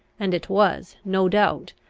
and it was, no doubt,